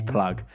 Plug